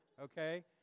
okay